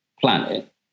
planet